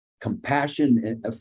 Compassion